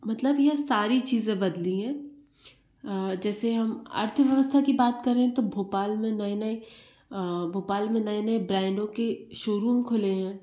मतलब यह सारी चीज़ें बदली है जैसे हम अर्थव्यवस्था की बात करें तो भोपाल में नए नए भोपाल में नए नए ब्रांडों की शोरूम खुले हैं